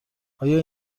آیا